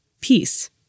peace